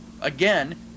Again